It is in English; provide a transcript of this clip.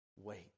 wait